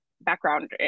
background